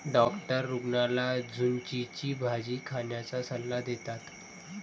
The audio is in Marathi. डॉक्टर रुग्णाला झुचीची भाजी खाण्याचा सल्ला देतात